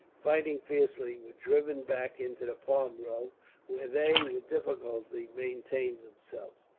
fighting fiercely, were driven back into the palm grove where they, with difficulty, maintained themselves.